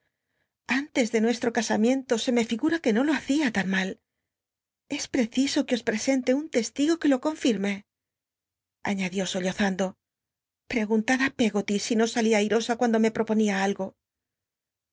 tes de nuestro casamiento se me ognra que no lo hacia tan mal es preciso que o pre ente un testigo que lo confirme añadió sollozando preguntad i pcggoty si no salia airosa cuando me proponía algo